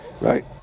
Right